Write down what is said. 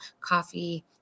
coffee